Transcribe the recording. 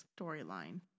storyline